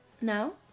No